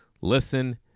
listen